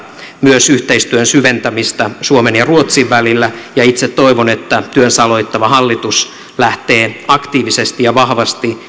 myös yhteistyön syventämistä suomen ja ruotsin välillä itse toivon että työnsä aloittava hallitus lähtee aktiivisesti ja vahvasti